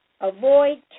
Avoid